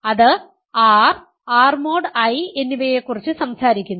അത് R R mod I എന്നിവയെക്കുറിച്ച് സംസാരിക്കുന്നു